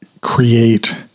create